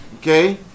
Okay